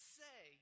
say